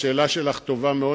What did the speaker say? השאלה שלך טובה מאוד,